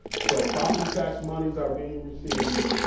so property tax monies are being received